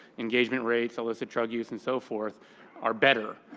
engagement rates, illicit drug use, and so forth are better.